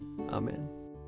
Amen